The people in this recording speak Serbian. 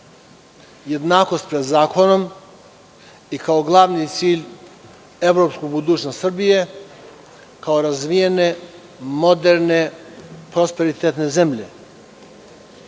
jednakost pred zakonom i kao glavni cilj evropsku budućnost Srbije, kao razvijene, moderne, prosperitetne zemlje,